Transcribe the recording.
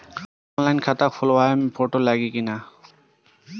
Online खाता खोलबाबे मे फोटो लागि कि ना?